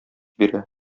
бирә